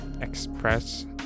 express